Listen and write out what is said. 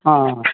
ஆ ஆ